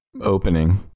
opening